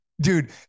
Dude